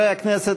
חברי הכנסת,